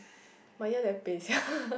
my ear very pain sia